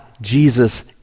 Jesus